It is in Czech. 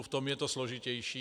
V tom je to složitější.